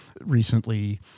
recently